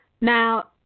Now